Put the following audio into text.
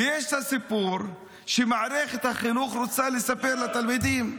ויש הסיפור שמערכת החינוך רוצה לספר לתלמידים.